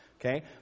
Okay